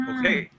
Okay